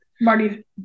Marty